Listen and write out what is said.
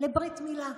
לברית מילה.